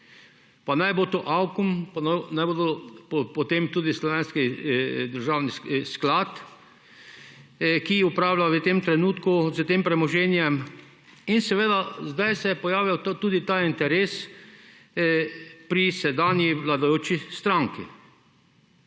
Pa naj bo to / nerazumljivo/, naj bodo potem tudi slovenski državni sklad, ki upravlja v tem trenutku z tem premoženjem in seveda, zdaj se je pojavil tudi ta interes pri sedanji vladajoči stranki.